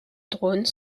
drones